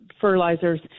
fertilizers